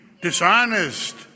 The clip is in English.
dishonest